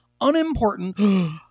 unimportant